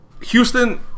Houston